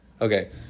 Okay